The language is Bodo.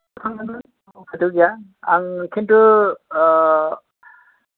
गैया आं खिन्थु